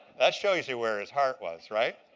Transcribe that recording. that shows you where his heart was, right?